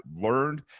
learned